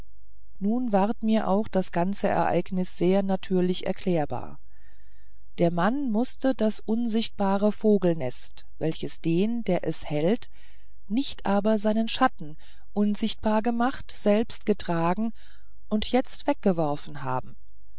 nun ward mir auch das ganze ereignis sehr natürlich erklärbar der mann mußte das unsichtbare vogelnest welches den der es hält nicht aber seinen schatten unsichtbar macht erst getragen und jetzt weggeworfen haben